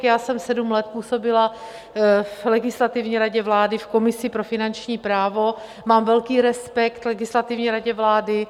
Já jsem sedm let působila v Legislativní radě vlády v komisi pro finanční právo, mám velký respekt k Legislativní radě vlády.